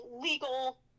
legal